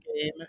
game